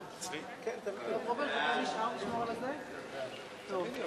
שעה) (הצבת יוצאי צבא בשירות בתי-הסוהר) (תיקון